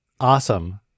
Awesome